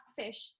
fish